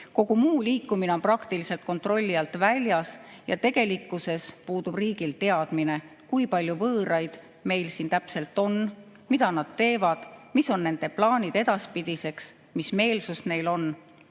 Kogu muu liikumine on praktiliselt kontrolli alt väljas ja tegelikkuses puudub riigil teadmine, kui palju võõraid meil täpselt on, mida nad teevad, mis on nende plaanid edaspidiseks, mis meelsus neil on.